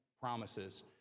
promises